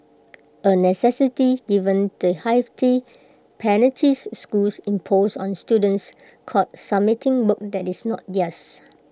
A necessity given the hefty penalties schools impose on students caught submitting work that is not theirs